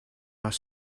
are